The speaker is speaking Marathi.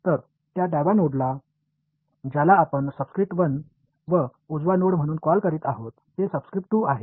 तर त्या डाव्या नोडला ज्याला आपण सबस्क्रिप्ट 1 व उजवा नोड म्हणून कॉल करीत आहोत तो सबस्क्रीट 2 आहे